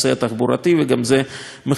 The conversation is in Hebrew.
וגם זה מחייב התמודדות.